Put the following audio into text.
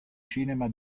cinema